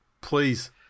please